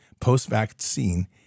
post-vaccine